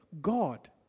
God